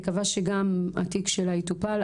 אני מקווה שגם התיק שלה יטופל,